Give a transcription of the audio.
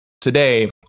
today